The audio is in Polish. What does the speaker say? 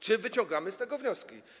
Czy wyciągamy z tego wnioski?